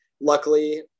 Luckily